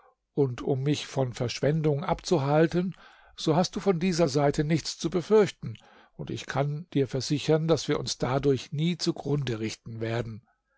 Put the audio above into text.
und um mich von verschwendung abzuhalten so hast du von dieser seite nichts zu befürchten und ich kann dich versichern daß wir uns dadurch nie zugrunde richten werden